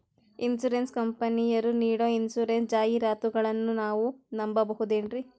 Insurance ಕಂಪನಿಯರು ನೀಡೋ insurance ಜಾಹಿರಾತುಗಳನ್ನು ನಾವು ನಂಬಹುದೇನ್ರಿ?